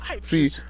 See